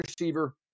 receiver